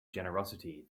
generosity